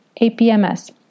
APMS